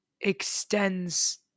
extends